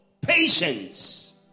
patience